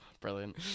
brilliant